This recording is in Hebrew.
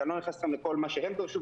כי אני לא נכנס לכל מה שהם דורשים,